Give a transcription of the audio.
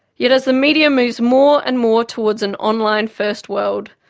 yet as the media moves more and more towards an online-first world,